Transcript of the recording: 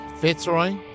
Fitzroy